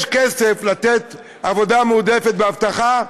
יש כסף לתת עבודה מועדפת באבטחה,